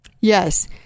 yes